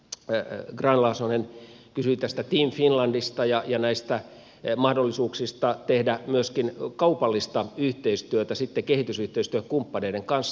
edustaja grahn laasonen kysyi tästä team finlandista ja näistä mahdollisuuksista tehdä myöskin kaupallista yhteistyötä sitten kehitysyhteistyökumppaneiden kanssa